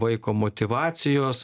vaiko motyvacijos